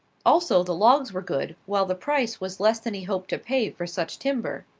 also the logs were good, while the price was less than he hoped to pay for such timber.